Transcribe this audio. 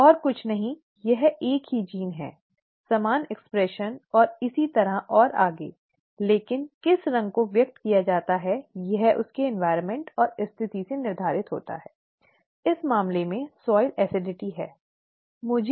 और कुछ नहीं यह एक ही जीन है समान अभिव्यक्ति और इसी तरह और आगे लेकिन किस रंग को व्यक्त किया जाता है यह उसके पर्यावरण और स्थिति से निर्धारित होता है इस मामले में मिट्टी की अम्लता है ठीक